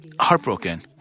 heartbroken